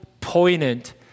poignant